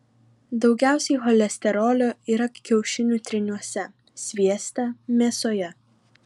daugiausiai cholesterolio yra kiaušinių tryniuose svieste mėsoje